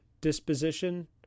disposition